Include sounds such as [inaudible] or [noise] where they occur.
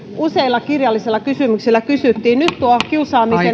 useilla kirjallisilla kysymyksillä kysyttiin nyt tuo kiusaamisen [unintelligible]